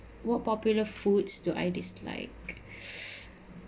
what popular foods do I dislike